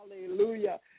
Hallelujah